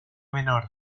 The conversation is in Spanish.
menor